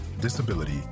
disability